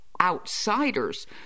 outsiders